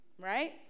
right